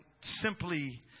simply